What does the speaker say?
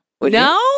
No